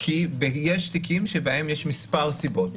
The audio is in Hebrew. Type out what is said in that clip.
כי יש תיקים שבהם יש מספר סיבות.